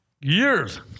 years